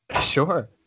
Sure